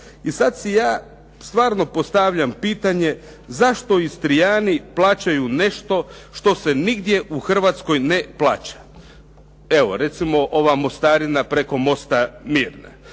I sad si ja stvarno postavljam pitanje zašto Istrijani plaćaju nešto što se nigdje u Hrvatskoj ne plaća. Evo recimo ova mostarina preko mosta Mirne.